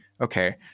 okay